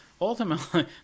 ultimately